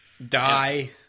Die